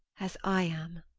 as i am.